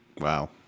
Wow